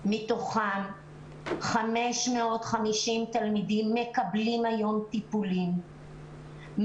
מתוכם 550 תלמידים מקבלים היום טיפולים,